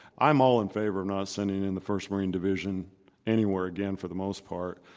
i'm all in favor of not sending in the first marine division anywhere again for the most part.